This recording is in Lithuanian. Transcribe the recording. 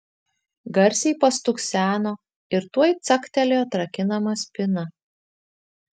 garsiai pastukseno ir tuoj caktelėjo atrakinama spyna